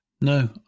no